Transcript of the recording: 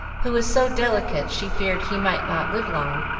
who was so delicate she feared he might not live long.